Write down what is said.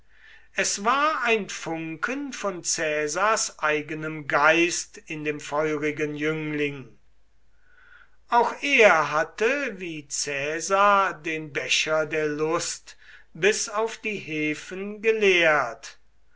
es war ein funken von caesars eigenem geist in dem feurigen jüngling auch er hatte wie caesar den becher der lust bis auf die hefen geleert